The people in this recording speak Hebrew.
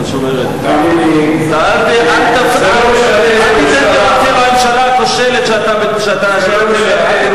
אל תיתן תירוצים לממשלה הכושלת שאתה שייך אליה,